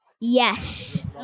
Yes